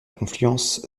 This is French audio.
confluence